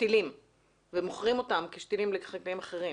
שתילים ומוכרים אותם כשתילים לחקלאים אחרים.